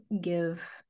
give